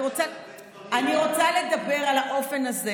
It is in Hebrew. אני רוצה לדבר על האופן הזה